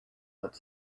what